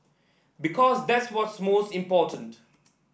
because that's what's most important